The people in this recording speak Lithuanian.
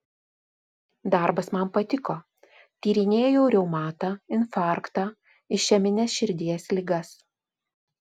darbas man patiko tyrinėjau reumatą infarktą išemines širdies ligas